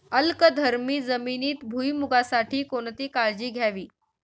अल्कधर्मी जमिनीत भुईमूगासाठी कोणती काळजी घ्यावी?